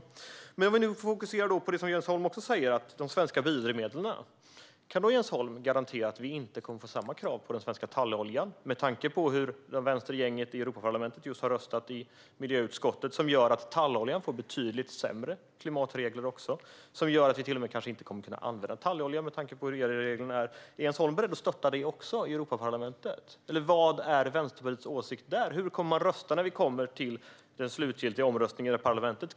Låt oss nu fokusera på det som Jens Holm också säger om de svenska biodrivmedlen. Kan Jens Holm garantera att vi inte kommer att få samma krav på den svenska talloljan - med tanke på hur vänstergänget i Europarlamentet just har röstat i miljöutskottet? Det innebär att också talloljan får betydligt sämre klimatregler, och det gör att vi till och med kanske inte kommer att kunna använda talloljan med tanke på hur EU-reglerna är. Är Jens Holm beredd att stötta detta också i Europaparlamentet? Eller vad är Vänsterpartiets åsikt där? Hur kommer man att rösta när vi kommer till den slutgiltiga omröstningen i parlamentet?